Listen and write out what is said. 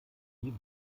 wird